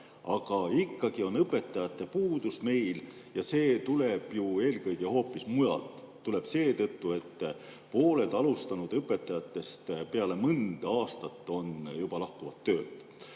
aga ikkagi on õpetajate puudus meil ja see tuleb ju eelkõige hoopis mujalt. Tuleb seetõttu, et pooled alustanud õpetajatest peale mõnda aastat juba lahkuvad töölt.